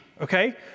okay